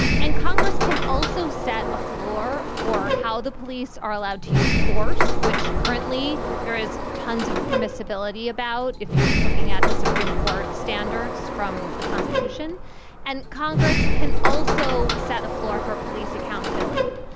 and congress can also set a floor for how the police are allowed to use force, which currently there is tons of permissibility about. if you're just looking at the supreme court standards from the constitution and congress can also set a floor for police accountability.